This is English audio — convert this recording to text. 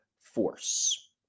force